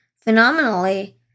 phenomenally